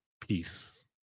Peace